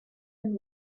and